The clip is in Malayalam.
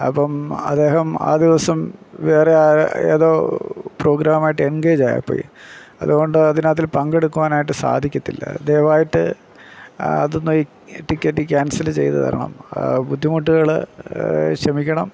അപ്പം അദ്ദേഹം ആ ദിവസം വേറെയൊരു ഏതോ പ്രോഗ്രാമായിട്ട് എന്ഗേജായി പോയി അതുകൊണ്ട് അതിനകത്തിൽ പങ്കെടുക്കുവാൻ ആയിട്ട് സാധിക്കത്തില്ല ദയവായിട്ട് അതൊന്ന് ടിക്കറ്റ് ക്യാന്സല് ചെയ്ത് തരണം ബുദ്ധിമുട്ടുകൾ ക്ഷമിക്കണം